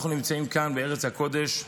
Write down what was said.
אנחנו נמצאים כאן בארץ הקודש.